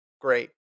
great